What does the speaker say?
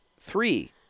three